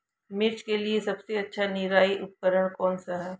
मिर्च के लिए सबसे अच्छा निराई उपकरण कौनसा है?